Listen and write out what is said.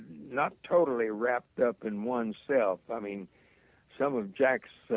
not totally wrap up in oneself. i mean some of jack's